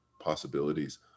possibilities